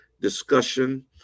discussion